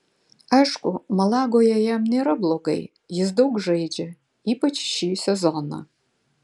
aišku malagoje jam nėra blogai jis daug žaidžia ypač šį sezoną